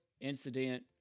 incident